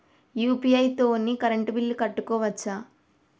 UPI తోని current bill కట్టుకోవచ్ఛా?